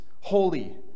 holy